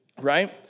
right